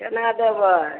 केना देबै